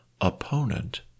opponent